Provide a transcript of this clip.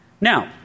Now